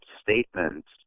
statements